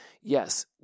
Yes